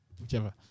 whichever